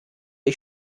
ich